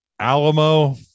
alamo